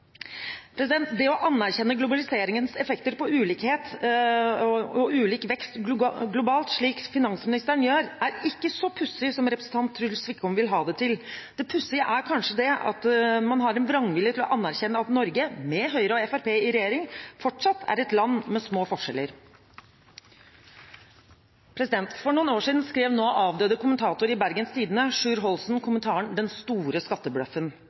Det å anerkjenne globaliseringens effekter på ulikhet og ulik vekst globalt, slik finansministeren gjør, er ikke så pussig som representanten Truls Wickholm vil ha det til. Det pussige er kanskje det at man har en vrangvilje mot å anerkjenne at Norge med Høyre og Fremskrittspartiet i regjering fortsatt er et land med små forskjeller. For noen år siden skrev nå avdøde kommentator i Bergens Tidende Sjur Holsen kommentaren «Den store skattebløffen».